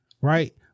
right